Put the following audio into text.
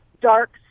dark